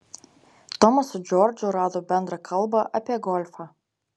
tomas su džordžu rado bendrą kalbą apie golfą